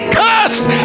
cursed